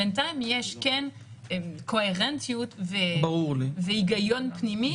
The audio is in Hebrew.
בינתיים כן יש קוהרנטיות והיגיון פנימי.